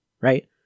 right